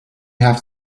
have